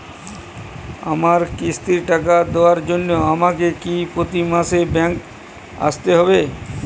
আমার কিস্তির টাকা দেওয়ার জন্য আমাকে কি প্রতি মাসে ব্যাংক আসতে হব?